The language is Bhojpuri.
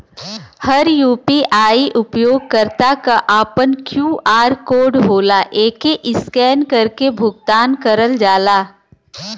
हर यू.पी.आई उपयोगकर्ता क आपन क्यू.आर कोड होला एके स्कैन करके भुगतान करल जाला